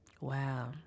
Wow